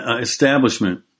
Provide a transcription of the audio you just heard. establishment